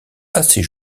assez